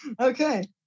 Okay